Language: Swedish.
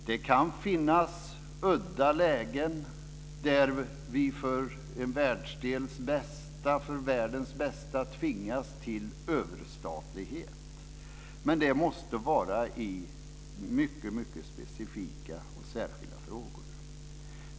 Det kan finnas udda lägen där vi för en världsdels eller för världens bästa tvingas till överstatlighet, men det måste vara i mycket specifika och särskilda frågor.